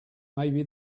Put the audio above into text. maybe